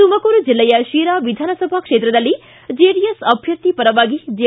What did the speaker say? ತುಮಕೂರು ಜಿಲ್ಲೆಯ ಶಿರಾ ವಿಧಾನಸಭಾ ಕ್ಷೇತ್ರದಲ್ಲಿ ಜೆಡಿಎಸ್ ಅಭ್ಯರ್ಥಿ ಪರವಾಗಿ ಜೆ